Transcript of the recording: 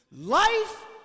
Life